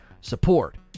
support